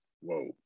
whoa